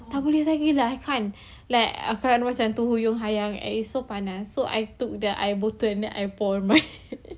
tak boleh cycle I can't like kakak macam terhuyung-hayang and I so panas so I took the air botol and then I pour my